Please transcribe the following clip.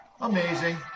Amazing